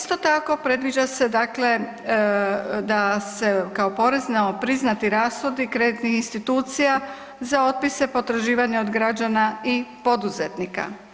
Isto tako, predviđa se dakle da se kao porezno priznati rashodi kreditnih institucija za otpise potraživanja od građana i poduzetnika.